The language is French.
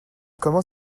comment